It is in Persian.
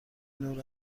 نور